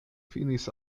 finis